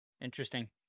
Interesting